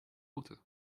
water